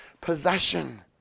possession